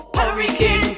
Hurricane